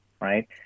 Right